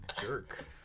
jerk